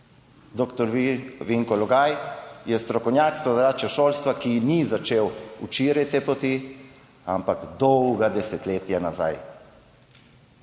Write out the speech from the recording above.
Vinko Logaj je strokovnjak s področja šolstva, ki ni začel včeraj te poti, ampak dolga desetletja nazaj.